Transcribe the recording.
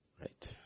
Right